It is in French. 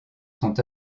sont